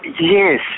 yes